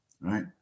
Right